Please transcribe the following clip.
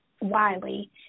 Wiley